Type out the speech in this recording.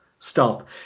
Stop